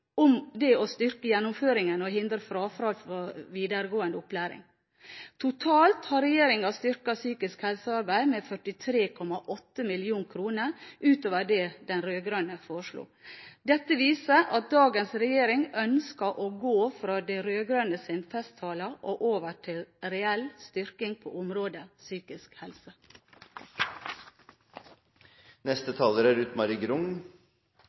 om å styrke gjennomføringen og hindre frafall fra videregående opplæring. Totalt har regjeringen styrket psykisk helsearbeid med 43,8 mill. kr utover det de rød-grønne foreslo. Dette viser at dagens regjering ønsker å gå fra de rød-grønnes festtaler og over til reell styrking på området psykisk helse. En av våre viktigste oppgaver som folkevalgte er